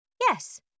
Yes